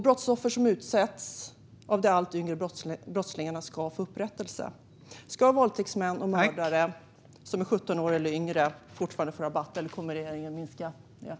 Brottsoffer som utsätts av det allt yngre brottslingarna ska få upprättelse. Ska våldtäktsmän och mördare som är 17 år eller yngre fortfarande få rabatt, eller kommer regeringen att minska den?